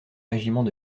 régiments